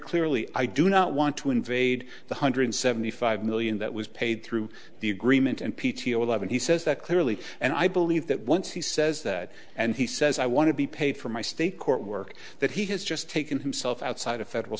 clearly i do not want to invade the hundred seventy five million that was paid through the agreement and p t o eleven he says that clearly and i believe that once he says that and he says i want to be paid for my state court work that he has just taken himself outside a federal